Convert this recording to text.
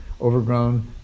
overgrown